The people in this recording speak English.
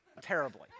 terribly